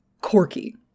Corky